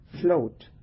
float